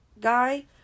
guy